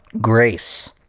grace